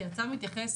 כי הצו מתייחס,